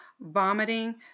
vomiting